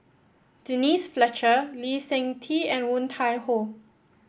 Denise Fletcher Lee Seng Tee and Woon Tai Ho